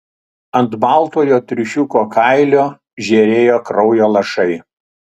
ant baltojo triušiuko kailio žėrėjo kraujo lašai